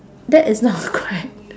that is not correct